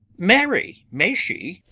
marry, may she?